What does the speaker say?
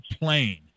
plane